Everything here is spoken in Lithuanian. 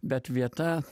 bet vieta